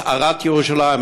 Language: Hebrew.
הצערת ירושלים.